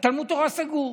תלמוד התורה סגור.